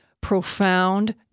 profound